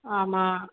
ஆமாம்